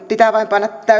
pitää vain panna